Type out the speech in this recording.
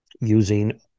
using